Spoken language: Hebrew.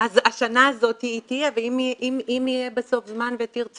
אז השנה הזאת תהיה ואם יהיה בסוף זמן ותרצי